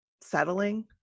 settling